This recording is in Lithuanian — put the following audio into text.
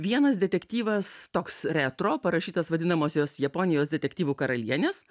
vienas detektyvas toks retro parašytas vadinamosios japonijos detektyvų karalienės